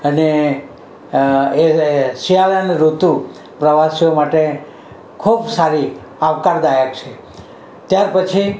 અને એ શિયાળાની ઋતુ પ્રવાસીઓ માટે ખૂબ સારી આવકારદાયક છે ત્યાર પછી